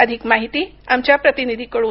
अधिक माहिती आमच्या प्रतिनिधीकडून